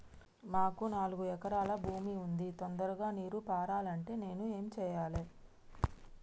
మాకు నాలుగు ఎకరాల భూమి ఉంది, తొందరగా నీరు పారాలంటే నేను ఏం చెయ్యాలే?